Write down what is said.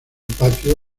patio